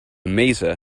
maser